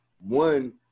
One